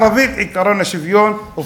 מאמין בעקרון השוויון אצלכם לגבינו.